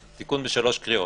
מחייב תיקון בשלוש קריאות.